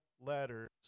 letters